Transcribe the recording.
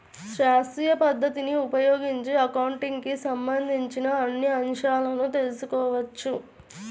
శాస్త్రీయ పద్ధతిని ఉపయోగించి అకౌంటింగ్ కి సంబంధించిన అన్ని అంశాలను తెల్సుకోవచ్చు